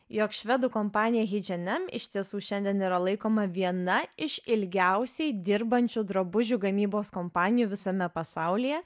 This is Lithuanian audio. jog švedų kompanija heidž end em iš tiesų šiandien yra laikoma viena iš ilgiausiai dirbančių drabužių gamybos kompanijų visame pasaulyje